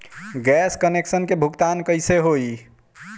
Gas connection के भुगतान कैसे होइ?